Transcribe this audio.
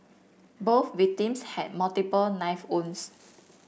both victims had multiple knife owns